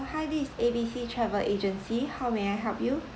hi this is A B C travel agency how may I help you